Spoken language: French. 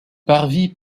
parvis